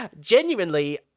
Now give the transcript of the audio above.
genuinely